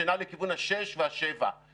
שנע לכיוון השישה והשבעה ימים.